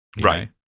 Right